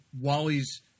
Wally's